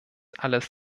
alles